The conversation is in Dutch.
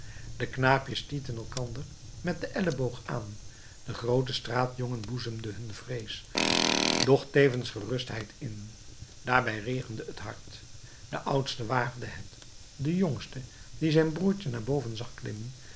de knaapjes stieten elkander met den elleboog aan de groote straatjongen boezemde hun vrees doch tevens gerustheid in daarbij regende het hard de oudste waagde het de jongste die zijn broertje naar boven zag